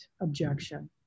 objection